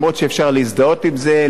גם אם אפשר להזדהות עם זה,